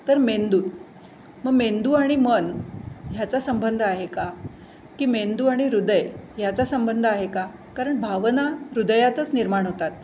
तर मेंदूत मग मेंदू आणि मन ह्याचा संबंध आहे का की मेंदू आणि हृदय ह्याचा संबंध आहे का कारण भावना हृदयातच निर्माण होतात